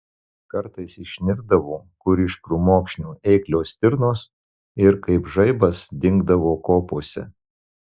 kartais išnirdavo kur iš krūmokšnių eiklios stirnos ir kaip žaibas dingdavo kopose